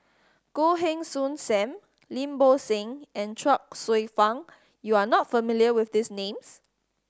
Goh Heng Soon Sam Lim Bo Seng and Chuang Hsueh Fang you are not familiar with these names